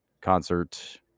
concert